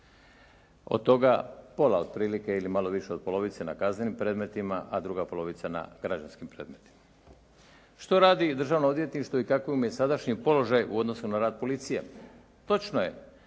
Od toga pola otprilike ili malo više od polovice na kaznenim predmetima, a druga polovica na građanskim predmetima. Što radi državno odvjetništvo i u kakav mu je sadašnji položaj u odnosu na rad policije? Točno je